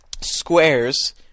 Squares